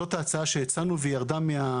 זו ההצעה שהצענו והיא ירדה.